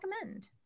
recommend